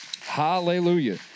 Hallelujah